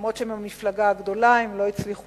אף-על-פי שהם המפלגה הגדולה הם לא הצליחו